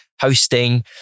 hosting